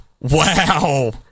Wow